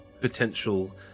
potential